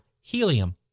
helium